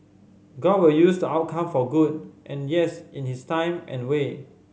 god will use the outcome for good and yes in his time and way